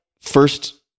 first